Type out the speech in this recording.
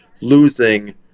losing